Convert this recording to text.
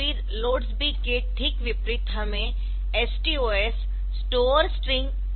फिर LODS के ठीक विपरीत हमें STOS स्टोर स्ट्रिंग मिला है